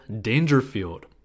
Dangerfield